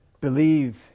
believe